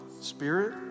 Spirit